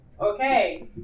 Okay